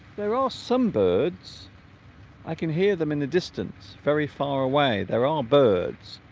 there are some birds i can hear them in the distance very far away there are birds